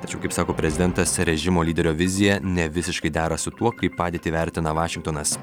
tačiau kaip sako prezidentas režimo lyderio vizija nevisiškai dera su tuo kaip padėtį vertina vašingtonas